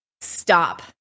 Stop